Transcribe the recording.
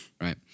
right